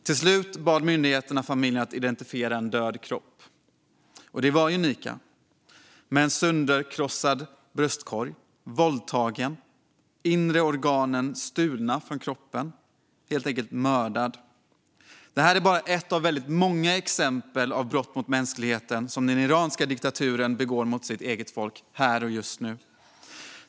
Till slut bad myndigheterna familjen att identifiera en död kropp. Det var Nika. Hon hade en sönderkrossad bröstkorg och hade blivit våldtagen. Hennes inre organ var stulna ur kroppen. Hon hade helt enkelt blivit mördad. Det här är bara ett av väldigt många exempel på brott mot mänskligheten som den iranska diktaturen just nu begår mot sitt eget folk.